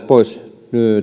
pois